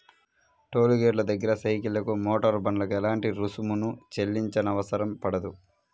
toll గేటుల దగ్గర సైకిళ్లకు, మోటారు బండ్లకు ఎలాంటి రుసుమును చెల్లించనవసరం పడదు